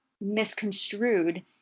misconstrued